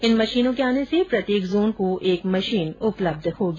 इन मशीनों के आने से प्रत्येक जोन को एक मशीन उपलब्ध होगी